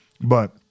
But-